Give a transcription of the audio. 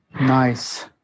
Nice